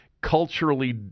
culturally